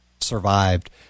survived